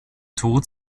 tod